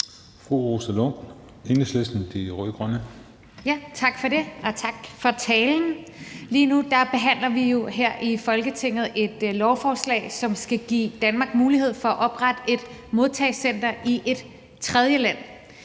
Fru Rosa Lund, Enhedslisten – De Rød-Grønne. Kl. 13:51 Rosa Lund (EL): Tak for det. Og tak for talen. Lige nu behandler vi jo her i Folketinget et lovforslag, som skal give Danmark mulighed for at oprette et modtagecenter i et tredjeland.